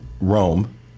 Rome